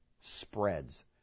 spreads